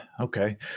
okay